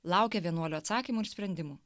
laukia vienuolių atsakymų ir sprendimų